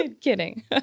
Kidding